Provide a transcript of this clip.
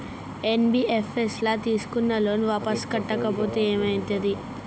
NBFS ల తీస్కున్న loan వాపస్ కట్టకుంటే ఏం జర్గుతది?